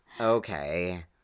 okay